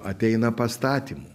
ateina pastatymų